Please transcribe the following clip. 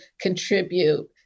contribute